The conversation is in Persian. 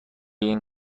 این